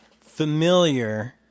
familiar